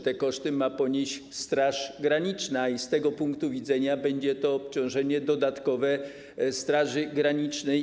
Te koszty ma ponieść Straż Graniczna i z tego punktu widzenia będzie to dodatkowe obciążenie dla Straży Granicznej.